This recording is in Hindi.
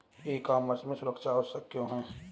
ई कॉमर्स में सुरक्षा आवश्यक क्यों है?